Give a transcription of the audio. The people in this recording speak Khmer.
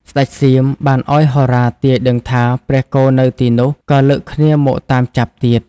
ស្ដេចសៀមបានឲ្យហោរាទាយដឹងថាព្រះគោនៅទីនោះ ក៏លើកគ្នាមកតាមចាប់ទៀត។